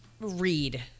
read